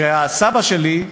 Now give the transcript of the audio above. וסבא שלי,